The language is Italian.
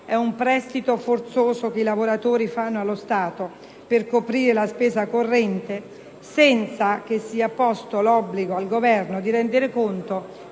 è un prestito forzoso che i lavoratori fanno allo Stato per coprire la spesa corrente senza che sia posto l'obbligo al Governo di rendere conto